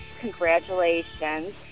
Congratulations